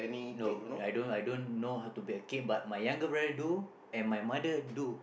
no I don't I don't know how to bake a cake but my but my younger brother do and my mother do